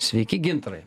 sveiki gintarai